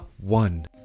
one